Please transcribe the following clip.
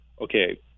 okay